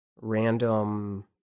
random